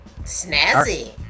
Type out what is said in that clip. snazzy